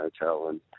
hotel